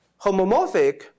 homomorphic